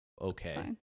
okay